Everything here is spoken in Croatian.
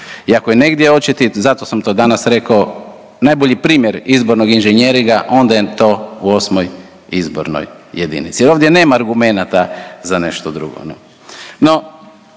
I ako je negdje očiti, zato sam to danas reko, najbolji primjer izbornog inženjeringa onda je to u 8. izbornoj jedinici. Jer ovdje nema argumenata za nešto drugo,